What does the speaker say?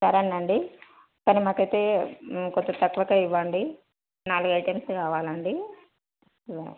సరేనండి కానీ మాకైతే కొంచెం తక్కువకే ఇవ్వండి నాలుగు ఐటెమ్స్ కావాలండి ఇవ్వండి